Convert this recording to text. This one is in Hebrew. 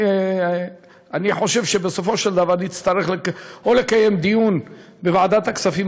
אני חושב שבסופו של דבר נצטרך לקיים דיון בוועדת הכספים,